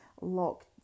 Lock